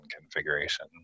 configuration